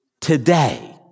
today